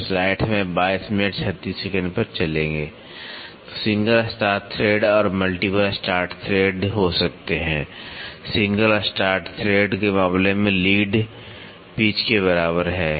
तो single start thread और multiple start thread हो सकते हैं सिंगल स्टार्ट थ्रेड के मामले में लीड पिच के बराबर है